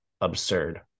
absurd